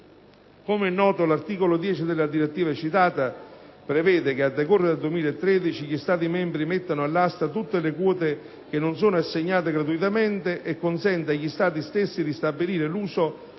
Come è noto, l'articolo 10 della direttiva citata prevede che, a decorrere dal 2013, gli Stati membri mettano all'asta tutte le quote che non sono assegnate gratuitamente e consente agli Stati stessi di stabilire l'uso dei